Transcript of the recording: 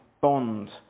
bond